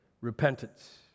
Repentance